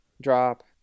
Drop